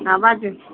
हाँ बाजू